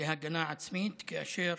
להגנה עצמית כאשר